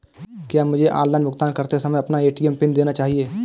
क्या मुझे ऑनलाइन भुगतान करते समय अपना ए.टी.एम पिन देना चाहिए?